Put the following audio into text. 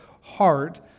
heart